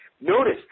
notice